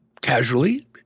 casually